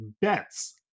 bets